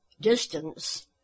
distance